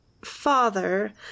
Father